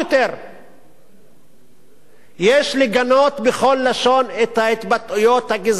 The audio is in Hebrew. יש לגנות בכל לשון את ההתבטאויות הגזעניות נגד העובדים הזרים,